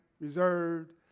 reserved